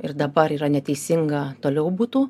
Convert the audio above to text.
ir dabar yra neteisinga toliau būtų